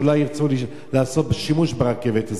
שאולי ירצו לעשות שימוש ברכבת הזאת.